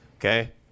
Okay